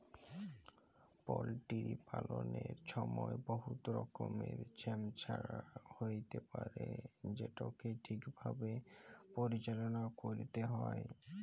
poultry পাললের ছময় বহুত রকমের ছমচ্যা হ্যইতে পারে যেটকে ঠিকভাবে পরিচাললা ক্যইরতে হ্যয়